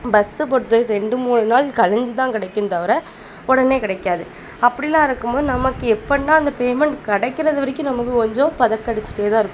bus பொறுத்தவரையும் ரெண்டு மூணு நாள் கழிஞ்சி தான் கிடைக்குமே தவிர உடனே கிடைக்காது அப்படிலாம் இருக்கும் போது நமக்கு எப்பன்னா அந்த பேமெண்ட் கிடைக்கிறது வரைக்கும் நமக்கு கொஞ்சம் பதக்கடுச்சிகிட்டே தான் இருக்கும்